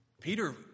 Peter